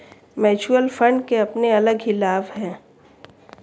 mutual fund के अपने अलग ही लाभ हैं